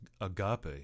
agape